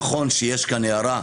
נכון שיש כאן הערה,